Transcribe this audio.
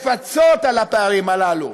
לפצות על הפערים הללו,